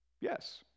Yes